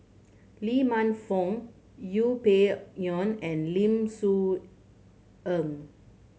Lee Man Fong Yeng Pway Ngon and Lim Soo Ngee